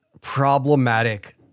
problematic